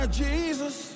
jesus